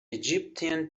egyptian